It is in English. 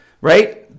right